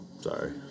Sorry